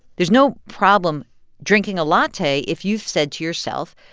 there's no problem drinking a latte if you've said to yourself,